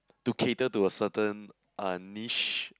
to cater to a certain uh niche